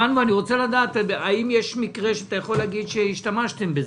אני רוצה לדעת האם יש מקרה שהשתמשתם בזה,